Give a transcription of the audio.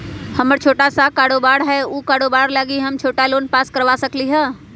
हमर छोटा सा कारोबार है उ कारोबार लागी हम छोटा लोन पास करवा सकली ह?